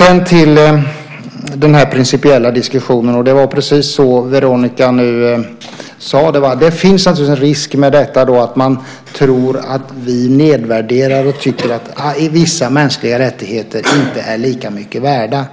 När det sedan gäller den principiella diskussionen finns det naturligtvis, som Veronica nu sade, en risk för att man tror att vi tycker att vissa mänskliga rättigheter inte är lika mycket värda.